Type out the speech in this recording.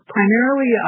Primarily